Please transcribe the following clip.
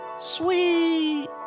sweet